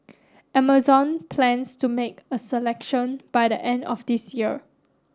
Amazon plans to make a selection by the end of this year